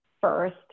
first